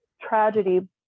tragedy